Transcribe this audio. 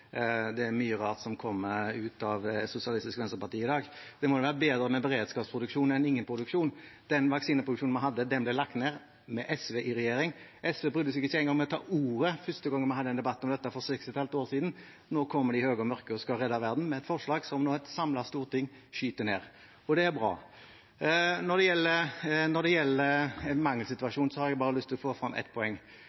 Det er mye rart som kommer fra Sosialistisk Venstreparti i dag. Det må jo være bedre med en beredskapsproduksjon enn ingen produksjon. Den vaksineproduksjonen vi hadde, ble lagt ned med SV i regjering. SV brydde seg ikke engang om å ta ordet første gangen vi hadde denne debatten, for seks og et halvt år siden, nå kommer de høye og mørke og skal redde verden med et forslag som et samlet storting nå skyter ned. Og det er bra. Når det gjelder